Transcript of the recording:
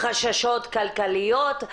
חששות כלכליות,